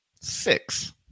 six